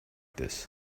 this